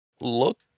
look